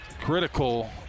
critical